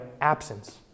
absence